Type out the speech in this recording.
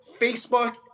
Facebook